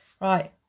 Right